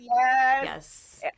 Yes